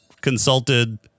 consulted